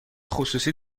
خصوصی